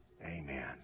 amen